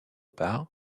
part